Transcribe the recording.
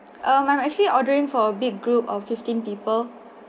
um I'm actually ordering for a big group of fifteen people